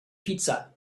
pizza